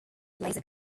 placer